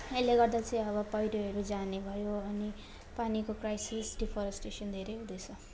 यसले गर्दा चाहिँ अब पहिरोहरू जाने भयो अनि पानीको क्राइसिस डिफरेस्टेसन धेरै हुँदैछ